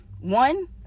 One